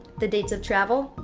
the dates of travel,